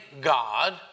God